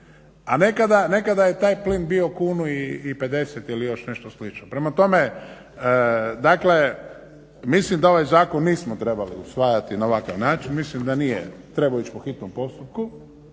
a nekada je taj plin bio 1,50 ili još nešto slično. Prema tome, mislim da ovaj zakon nismo trebali usvajati na ovakav način, mislim da nije trebao ići po hitnom postupku,